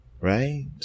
Right